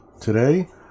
Today